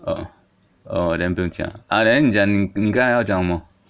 oh oh then 不用紧啦 ah then 你讲你刚才要讲什么